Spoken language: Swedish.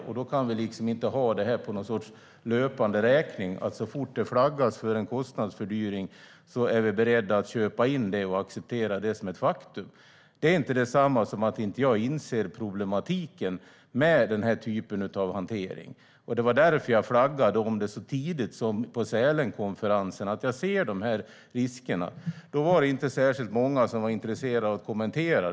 Vi kan inte ha det på någon sorts löpande räkning och så fort det flaggas för en kostnadsfördyring vara beredda att köpa in och acceptera detta som ett faktum. Det är inte detsamma som att jag inte inser problematiken med denna typ av hantering. Det var därför jag så tidigt som på Sälenkonferensen flaggade för att jag ser risker. Då var det inte särskilt många som var intresserade av att kommentera.